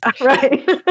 Right